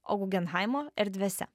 o gugenhaimo erdvėse